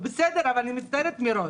אז אני מצטערת מראש.